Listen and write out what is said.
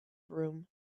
broom